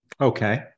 Okay